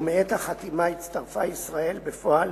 ומעת החתימה הצטרפות ישראל בפועל